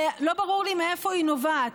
לא ברור לי מאיפה היא נובעת.